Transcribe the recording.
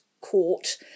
court